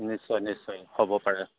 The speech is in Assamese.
নিশ্চয় নিশ্চয় হ'ব পাৰে